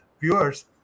viewers